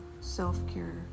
self-care